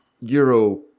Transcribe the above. euro